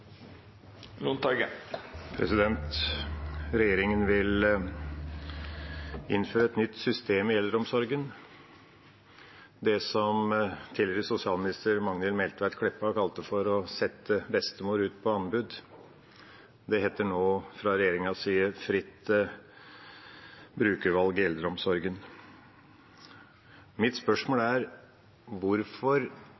vil innføre et nytt system i eldreomsorgen. Det tidligere sosialminister Magnhild Meltveit Kleppa kalte for å sette bestemor ut på anbud, heter nå fra regjeringas side fritt brukervalg i eldreomsorgen. Mitt spørsmål